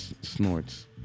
snorts